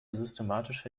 systematische